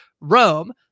Rome